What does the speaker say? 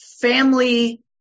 family